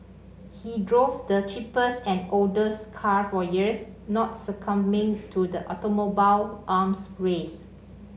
he drove the cheapest and oldest car for years not succumbing to the automobile arms race